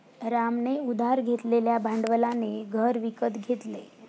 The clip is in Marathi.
रामने उधार घेतलेल्या भांडवलाने घर विकत घेतले